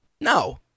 No